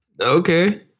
okay